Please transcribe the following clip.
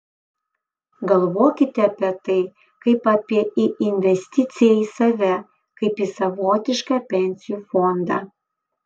galvokite apie tai kaip apie į investiciją į save kaip į savotišką pensijų fondą